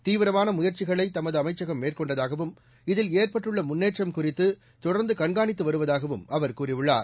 தீவிரமான முயற்சிகளை தமது அமைச்சகம் மேற்கொண்டதாகவும் இதில் ஏற்பட்டுள்ள முன்னேற்றம் குறித்து தொடர்ந்து கண்காணித்து வருவதாகவும் அவர் கூறியுள்ளார்